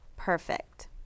Perfect